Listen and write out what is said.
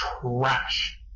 trash